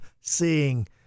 seeing